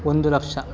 ಒಂದು ಲಕ್ಷ